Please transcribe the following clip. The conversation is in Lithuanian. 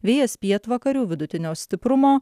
vėjas pietvakarių vidutinio stiprumo